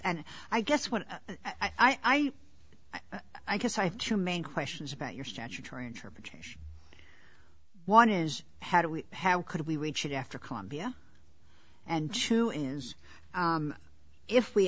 and i guess what i do i guess i have two main questions about your statutory interpretation one is how do we have could we reach it after columbia and two is if we